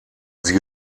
sie